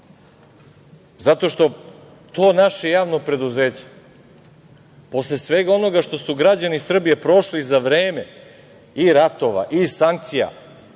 Zato što to naše javno preduzeće posle svega onoga što su građani Srbije prošli za vreme i ratova i sankcija